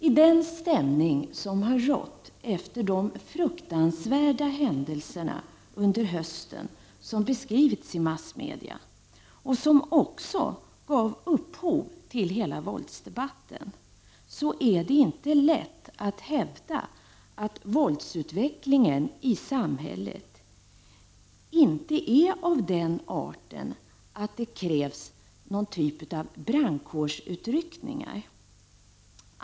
I den stämning som har rått efter de fruktansvärda händelserna under hösten — som har beskrivits i massmedia och som också har gett upphov till hela våldsdebatten — är det inte lätt att hävda att våldsutvecklingen i samhället inte är av den arten att det krävs någon typ av brandkårsutryckning.